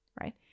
right